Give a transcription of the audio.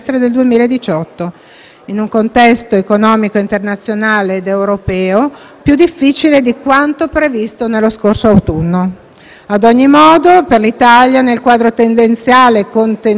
in un contesto economico internazionale ed europeo più difficile di quanto previsto nello scorso autunno. Ad ogni modo per l'Italia, nel quadro tendenziale contenuto nel Documento,